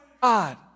God